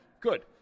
good